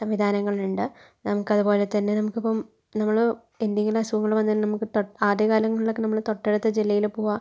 സംവിധാനങ്ങളുണ്ട് നമുക്ക് അതുപോലെതന്നെ നമുക്കിപ്പം നമ്മൾ എന്തെങ്കിലും അസുഖങ്ങൾ വന്നാൽ നമുക്ക് തൊട്ട് ആദ്യ കാലങ്ങളിലൊക്കെ നമ്മള് തൊട്ടടുത്ത ജില്ലയിൽ പോകുക